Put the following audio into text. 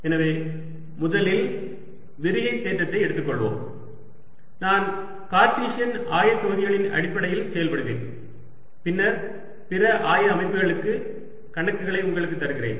எனவே முதலில் விரிகை தேற்றத்தை எடுத்துக்கொள்வோம் நான் கார்ட்டீசியன் ஆயத்தொகுதிகளின் அடிப்படையில் செயல்படுவேன் பின்னர் பிற ஆய அமைப்புகளுக்கான கணக்குகளை உங்களுக்கு தருகிறேன்